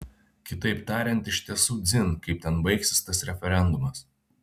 kitaip tariant iš tiesų dzin kaip ten baigsis tas referendumas